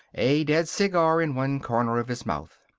a dead cigar in one corner of his mouth.